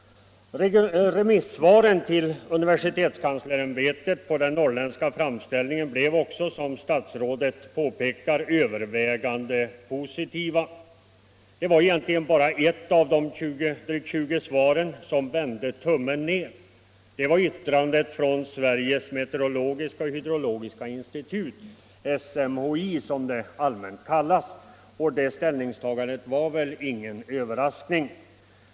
Remissvaren till universitetskanslersämbetet på den norrländska framställningen var, som statsrådet påpekade övervägande positiva. Det var egentligen bara ett av de drygt 20 svaren som vände tummen ned. Det var yttrandet från Sveriges meteorologiska och hydrologiska institut, SMHI som det allmänt kallas. Och det ställningstagandet var ingen överraskning.